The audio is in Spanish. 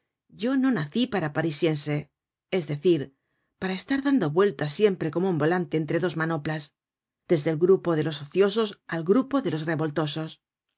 yo no nací para parisiense es decir para estar dando vueltas siempre como un volante entre dos manoplas desde el grupo de los ociosos al grupo de los revoltosos